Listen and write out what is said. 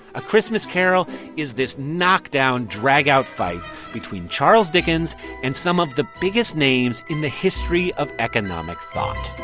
a christmas carol is this knock-down, drag-out fight between charles dickens and some of the biggest names in the history of economic thought